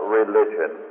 religion